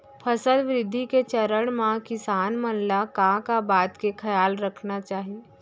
फसल वृद्धि के चरण म किसान मन ला का का बात के खयाल रखना चाही?